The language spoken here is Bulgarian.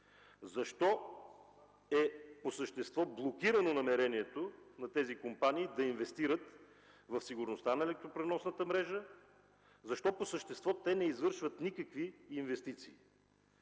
Защо по същество е блокирано намерението на тези компании да инвестират в сигурността на електропреносната мрежа? Защо по същество те не извършват никакви инвестиции?